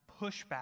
pushback